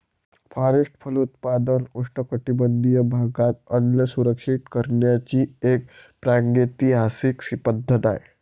forest फलोत्पादन उष्णकटिबंधीय भागात अन्न सुरक्षित करण्याची एक प्रागैतिहासिक पद्धत आहे